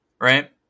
right